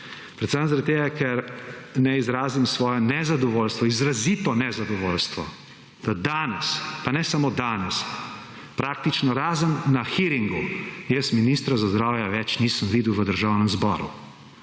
predvsem zaradi tega, ker ne izrazim svoje nezadovoljstvo, izrazito nezadovoljstvo, da danes, pa ne samo danes praktično razen na hiringu jaz ministra za zdravje več nisem videl v Državnem zboru.